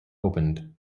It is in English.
opened